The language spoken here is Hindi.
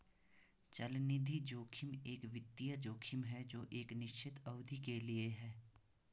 चलनिधि जोखिम एक वित्तीय जोखिम है जो एक निश्चित अवधि के लिए है